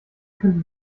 könnte